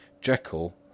Jekyll—